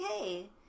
okay